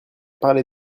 parler